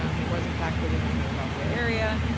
um he was in fact living in the philadelphia area,